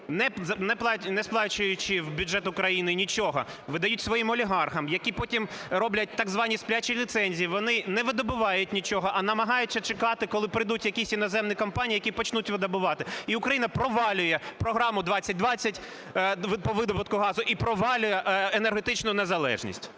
не сплачуючи в бюджет України нічого, видають своїм олігархам, які потім роблять так звані "сплячі ліцензії". Вони не видобувають нічого, а намагаються чекати, коли прийдуть якісь іноземні компанії, які почнуть видобувати. І Україна провалює програму 2020 по видобутку газу і провалює енергетичну незалежність.